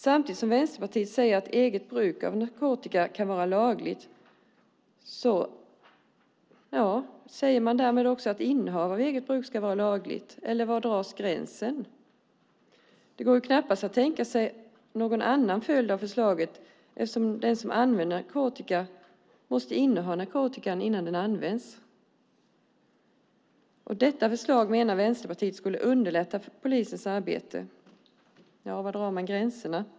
När Vänsterpartiet säger att eget bruk av narkotika ska vara lagligt säger de också att innehav för eget bruk ska vara lagligt - eller var dras gränsen? Det går ju knappast att tänka sig någon annan följd av förslaget eftersom den som använder narkotika måste inneha narkotikan innan han eller hon använder den. Vänsterpartiet menar att detta förslag skulle underlätta polisens arbete. Men var drar man gränserna?